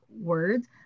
words